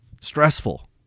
stressful